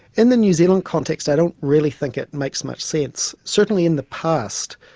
in the new zealand context i don't really think it makes much sense. certainly in the past,